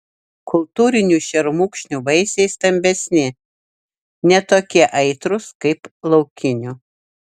kultūrinių šermukšnių vaisiai stambesni ne tokie aitrūs kaip laukinių